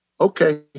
okay